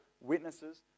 witnesses